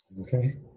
Okay